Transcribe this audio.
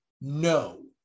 no